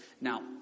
Now